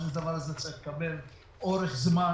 הדבר הזה צריך לקבל אורך זמן,